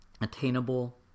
attainable